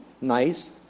nice